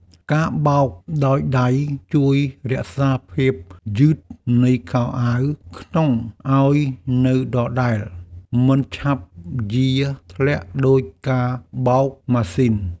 ការបោកដោយដៃជួយរក្សាភាពយឺតនៃខោអាវក្នុងឱ្យនៅដដែលមិនឆាប់យារធ្លាក់ដូចការបោកម៉ាស៊ីន។